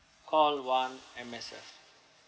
call one M_S_F